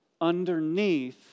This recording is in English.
underneath